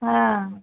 ହଁ